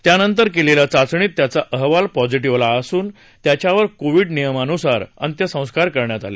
त्या नंतर केलेल्या चाचणीत त्याचा अहवाल पॉजिटिव्ह आला असून त्याच्यावर कोविड नियमानुसार अंत्यसंस्कार करण्यात आले